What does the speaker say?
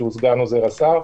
שהוא סגן עוזר השר.